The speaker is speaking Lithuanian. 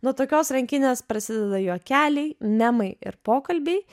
nuo tokios rankinės prasideda juokeliai memai ir pokalbiai